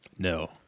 No